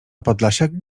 podlasiak